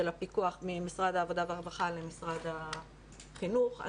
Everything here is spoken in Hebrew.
הפיקוח ממשרד העבודה והרווחה למשרד החינוך.